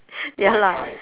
ya lah